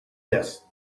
this